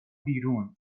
بیرون